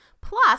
Plus